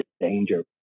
danger